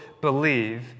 believe